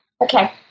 Okay